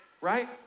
Right